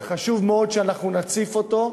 וחשוב מאוד שאנחנו נציף אותו,